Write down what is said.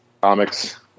comics